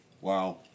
Wow